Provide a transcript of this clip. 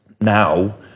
Now